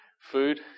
food